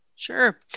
Sure